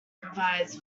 provides